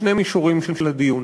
בשני מישורים של הדיון.